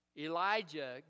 Elijah